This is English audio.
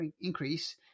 increase